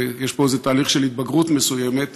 ויש פה תהליך של התבגרות מסוימת,